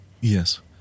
yes